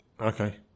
okay